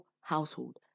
household